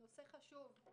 נושא חשוב,